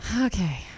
Okay